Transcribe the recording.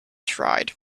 tried